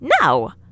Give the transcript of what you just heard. No